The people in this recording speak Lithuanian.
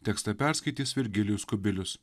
tekstą perskaitys virgilijus kubilius